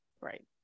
Right